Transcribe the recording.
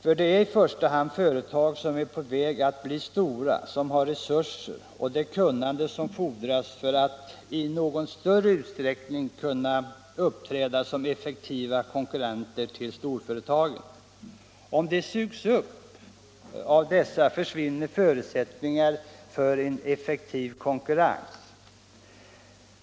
För det är i första hand företag som är på väg att bli stora som har de resurser och det kunnande som fordras för att de i någon större utsträckning skall kunna uppträda som effektiva konkurrenter till storföretagen. Om de sugs upp av dessa försvinner förutsättningarna för en effektiv konkurrens.